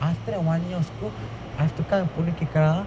after that one year of school I have to come பொண்ணு கேக்க:ponnu kaekka